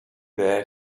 there